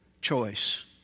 choice